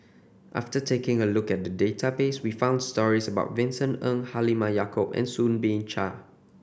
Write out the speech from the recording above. after taking a look at the database we found stories about Vincent Ng Halimah Yacob and Soo Bin Chua